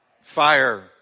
Fire